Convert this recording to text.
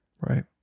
Right